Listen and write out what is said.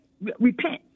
repent